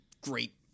great